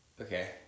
Okay